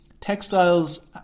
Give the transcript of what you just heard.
textiles